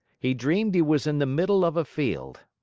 he dreamed he was in the middle of a field.